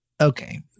okay